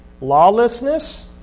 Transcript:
lawlessness